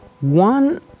One